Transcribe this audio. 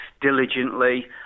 diligently